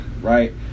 right